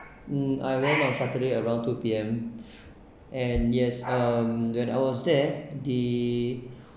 mm I went on saturday around two P_M and yes um when I was there the